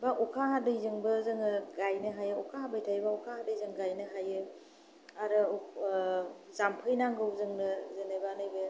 एबा अखाहादैजोंबो जोङो गायनो हायो अखा हाबाय थायोब्ला अखाहादैजों गायनो हायो आरो जाम्फै नांगौ जोंनो जेनेबा नैबे